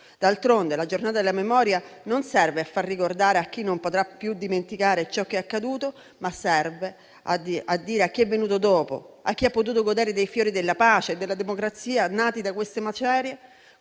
D'altronde, la Giornata della Memoria non serve a far ricordare a chi non potrà più dimenticare ciò che è accaduto, ma serve a dire a chi è venuto dopo, a chi ha potuto godere dei fiori della pace e della democrazia, nati da queste macerie,